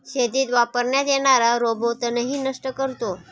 शेतीत वापरण्यात येणारा रोबो तणही नष्ट करतो